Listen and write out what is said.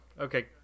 Okay